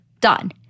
done